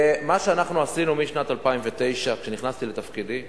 ומה שאנחנו עשינו משנת 2009, כשנכנסתי לתפקידי,